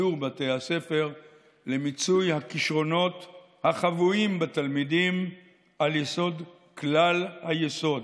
יצעדו בתי הספר למיצוי הכישרונות החבויים בתלמידים על יסוד כלל היסוד: